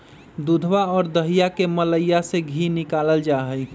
दूधवा और दहीया के मलईया से धी निकाल्ल जाहई